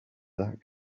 that